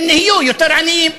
הם נהיו יותר עניים,